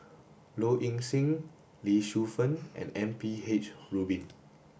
Low Ing Sing Lee Shu Fen and M P H Rubin